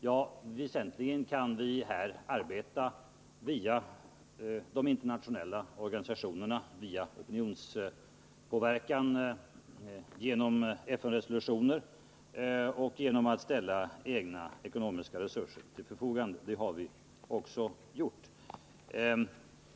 Ja, väsentligen kan vi här arbeta via — Nr 47 de internationella organisationerna, via opinionspåverkan, genom FN Fredagen den resolutioner och genom att ställa egna ekonomiska resurser till förfogande 7 december 1979 och det har vi också gjort.